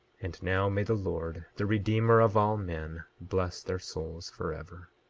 and now may the lord, the redeemer of all men, bless their souls forever.